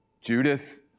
Judas